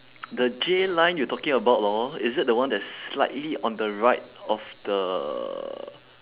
the J line you talking about lor is it the one that is slightly on the right of the